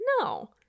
No